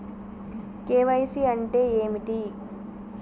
KYC అంటే ఏమిటి?